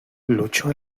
luchó